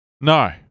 No